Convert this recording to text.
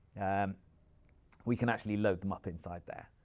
and we can actually load them up inside there.